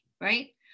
right